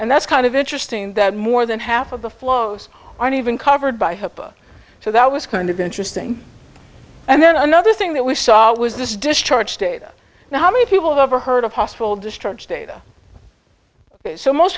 and that's kind of interesting that more than half of the flows aren't even covered by hipaa so that was kind of interesting and then another thing that we saw was this discharge data now how many people have ever heard of hospital discharge data so most